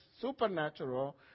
supernatural